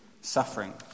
suffering